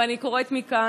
ואני קוראת מכאן,